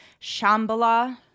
Shambhala